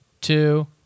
two